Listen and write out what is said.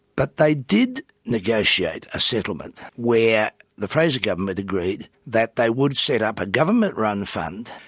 but they did negotiate a settlement, where the fraser government agreed that they would set up a government-run fund,